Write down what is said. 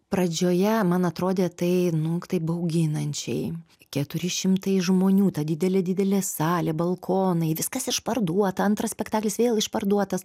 pradžioje man atrodė tai nu tai bauginančiai keturi šimtai žmonių ta didelė didelė salė balkonai viskas išparduota antras spektaklis vėl išparduotas